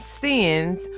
sins